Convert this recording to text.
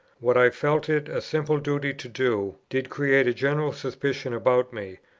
what i felt it a simple duty to do, did create a general suspicion about me,